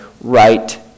right